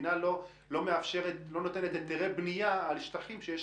המדינה לא נותנת היתרי בנייה על שטחים שיש